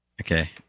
Okay